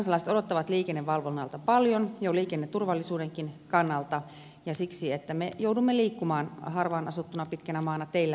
kansalaiset odottavat liikennevalvonnalta paljon jo liikenneturvallisuudenkin kannalta ja siksi että me joudumme liikkumaan harvaan asutussa pitkässä maassa teillämme paljon